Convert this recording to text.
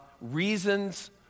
reasons